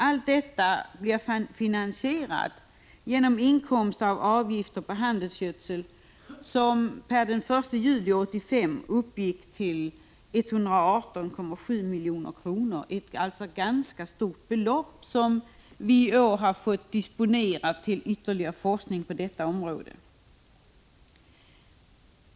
Allt detta finansieras genom inkomster av avgifter på handelsgödsel, som per den 1 juli 1985 uppgick till 118,7 milj.kr. Det är ett ganska stort belopp som vi i år har fått disponera till ytterligare forskning på detta område.